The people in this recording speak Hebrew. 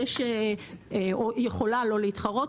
או יכולה לא להתחרות,